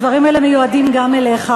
הדברים האלה מיועדים גם אליך.